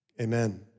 Amen